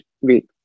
wait